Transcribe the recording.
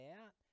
out